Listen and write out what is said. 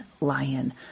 lion